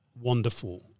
wonderful